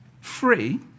free